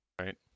Right